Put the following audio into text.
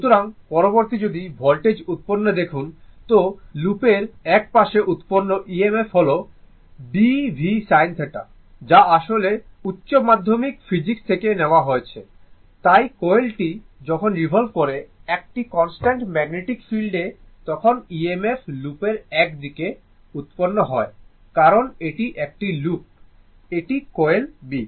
সুতরাং পরবর্তী যদি ভোল্টেজ উৎপন্ন দেখুন তো লুপে এর এক পাশে উৎপন্ন EMF হল Bl v sin যা আসলে উচ্চ মাধ্যমিক ফিজিক্স থেকে নেয়া হয়েছে তাই কয়েলটি যখন রিভল্ভ করে একটি কনস্ট্যান্ট ম্যাগনেটিক ফিল্ড এ তখন EMF লুপের এক দিকে উৎপন্ন হয় কারণ এটি একটি লুপ এটি কয়েল B